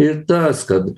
ir tas kad